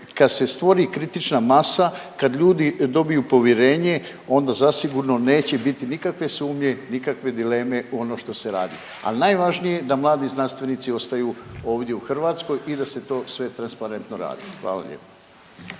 kada se stvori kritična masa, kad ljudi dobiju povjerenje onda zasigurno neće biti nikakve sumnje, nikakve dileme u ono što se radi. Ali najvažnije je da mladi znanstvenici ostaju ovdje u Hrvatskoj i da se to sve transparentno radi. Hvala lijepo.